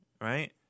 right